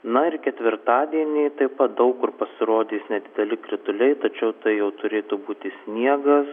na ir ketvirtadienį taip pat daug kur pasirodys nedideli krituliai tačiau tai jau turėtų būti sniegas